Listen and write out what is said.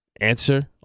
Answer